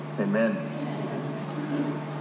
Amen